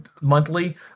monthly